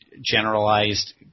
generalized